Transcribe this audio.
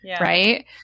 right